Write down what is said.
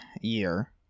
year